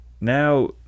now